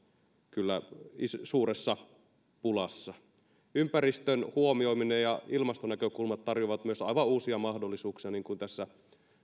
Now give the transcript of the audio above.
kyllä suuressa pulassa ympäristön huomioiminen ja ilmastonäkökulmat tarjoavat myös aivan uusia mahdollisuuksia niin kuin tässä